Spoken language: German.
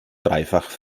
dreifach